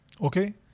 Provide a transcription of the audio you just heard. Okay